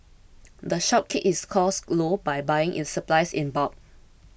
the shop keeps its costs low by buying its supplies in bulk